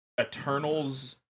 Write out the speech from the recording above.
Eternals